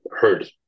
heard